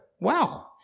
wow